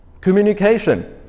Communication